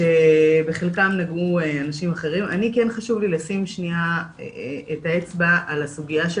לי כן חשוב לשים את האצבע על הסוגיה של